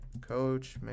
Coach